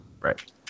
Right